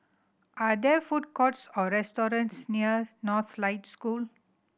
are there food courts or restaurants near Northlights School